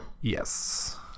yes